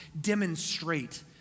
demonstrate